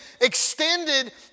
extended